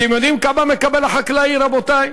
אתם יודעים כמה מקבל החקלאי, רבותי?